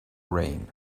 rain